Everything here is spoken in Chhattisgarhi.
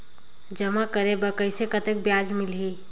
जमा करे बर कइसे कतेक ब्याज मिलही?